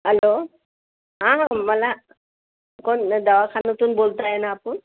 hello हा मला कोण दवाखान्यातून बोलत आहात ना आपण